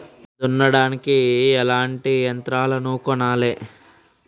దున్నడానికి ఎట్లాంటి యంత్రాలను కొనాలే?